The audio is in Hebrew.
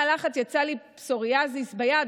מהלחץ יצא לי פסוריאזיס ביד,